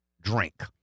drink